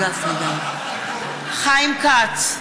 (קוראת בשמות חברי הכנסת) חיים כץ,